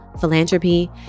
philanthropy